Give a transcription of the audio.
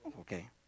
Okay